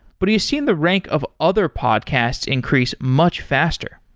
but he's seen the rank of other podcasts increase much faster.